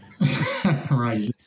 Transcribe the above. Right